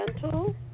gentle